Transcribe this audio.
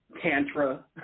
tantra